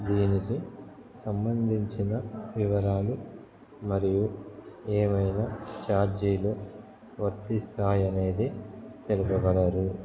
దీనికి సంబంధించిన వివరాలు మరియు ఏమైనా ఛార్జీలు వర్తిస్తాయి అనేది తెలుపగలరు